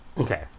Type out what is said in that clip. okay